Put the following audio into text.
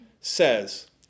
Says